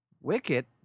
Wicket